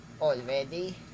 already